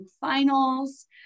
finals